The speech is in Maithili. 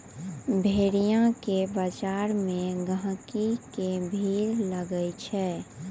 भेड़िया के बजार मे गहिकी के भीड़ लागै छै